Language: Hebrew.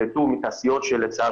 ברור לחלוטין הפוטנציאל שיכול להיות לשוק